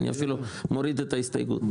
אני אפילו מוריד את ההסתייגות,